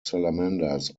salamanders